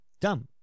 dumb